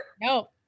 No